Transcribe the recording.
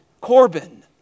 Corbin